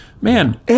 man